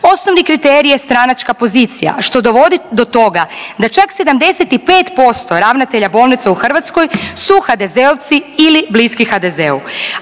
Osnovni kriterij je stranačka pozicija što dovodi do toga da čak 75% ravnatelja bolnica u Hrvatskoj su HDZ-ovci ili bliski HDZ-u,